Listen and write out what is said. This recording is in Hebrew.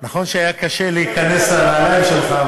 נכון שהיה קשה להיכנס לנעליים שלך,